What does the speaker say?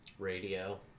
Radio